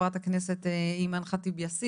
בוקר טוב גברתי, חברת הכנסת אימאן ח'טיב יאסין.